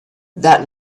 that